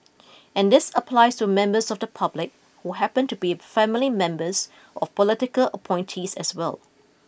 and this applies to members of the public who happen to be family members of political appointees as well